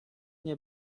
nie